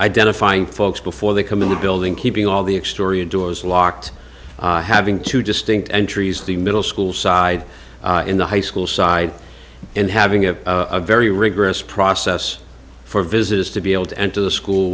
identifying folks before they come in the building keeping all the exterior doors locked having two distinct entries the middle school side in the high school side and having a very rigorous process for visitors to be able to enter the school